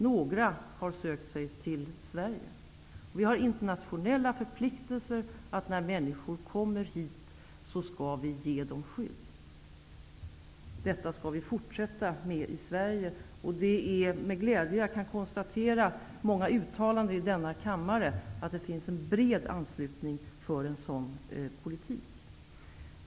Några har sökt sig till Sverige. Vi har internationella förpliktelser att när människor kommer hit ge dem skydd. Detta skall vi i Sverige fortsätta med. Det är med glädje som jag kan konstatera att det i många uttalanden i denna kammare finns en bred anslutning för en sådan politik.